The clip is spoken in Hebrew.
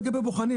לגבי בוחנים,